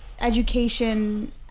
education